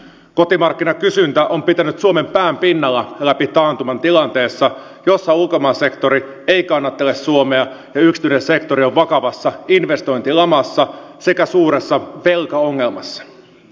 kotimarkkinakysyntä on pitänyt suomen pään pinnalla läpi taantuman tilanteessa jossa ulkomaan sektori ei kannattele suomea ja yksityinen sektori on vakavassa investointilamassa sekä suuressa velkaongelmassa